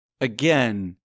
Again